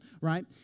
right